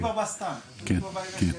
אני קודם כל אגיד שבסוף,